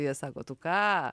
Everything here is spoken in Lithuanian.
jie sako tu ką